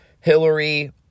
Hillary